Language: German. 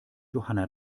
johanna